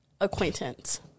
Acquaintance